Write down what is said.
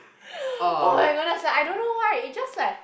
oh-my-goodness like I don't know why it just like